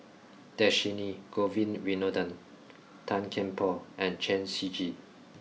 Dhershini Govin Winodan Tan Kian Por and Chen Shiji